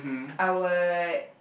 I would